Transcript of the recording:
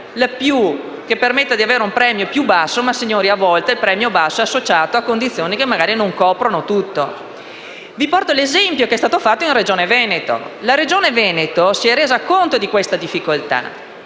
che permetta di avere il premio più basso, perché a volte il premio basso è associato a condizioni che magari non coprono tutto. Vi porto l'esempio di quanto è stato fatto dalla Regione Veneto. La Regione Veneto si è resa conto di questa difficoltà